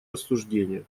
рассуждения